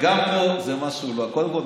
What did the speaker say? קודם כול,